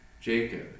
jacob